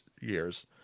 years